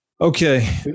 Okay